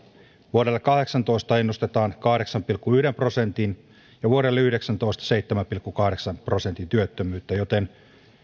vuodelle kaksituhattakahdeksantoista ennustetaan kahdeksan pilkku yhden prosentin ja vuodelle kaksituhattayhdeksäntoista ennustetaan seitsemän pilkku kahdeksan prosentin työttömyyttä joten